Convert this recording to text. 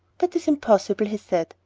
that is impossible, he said,